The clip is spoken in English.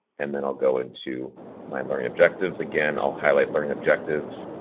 and then i'll go into my learning objectives, again i'll highlight learning objectives,